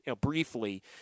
briefly